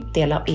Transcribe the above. dela